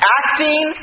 acting